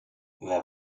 wer